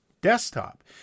desktop